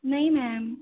नाही मॅम